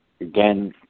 again